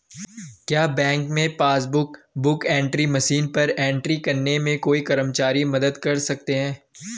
क्या बैंक में passbook book entry machine पर एंट्री करने में कोई कर्मचारी मदद कर सकते हैं?